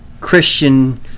Christian